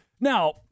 Now